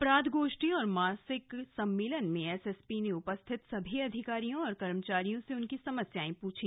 अपराध गोष्ठी और मासिक सम्मेलन में एस एस पी ने उपस्थित सभी अधिकारियों और कर्मचारियों से उनकी समस्याएं पूछी